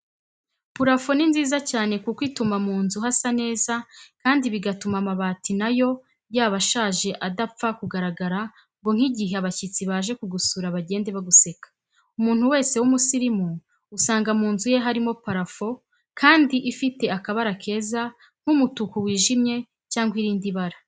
Purafo ni nziza cyane kuko ituma mu nzu hasa neza kandi bigatuma amabati niyo yaba ashaje adapfa kugaragara ngo nk'igihe abashyitsi baje kugusura bagende baguseka. Umuntu wese w'umusirimu usanga mu nzu ye harimo purafo kandi ifite akabara keza nk'umutuku wijimye cyangwa irindi bara.